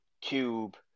Cube